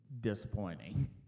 disappointing